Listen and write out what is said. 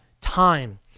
time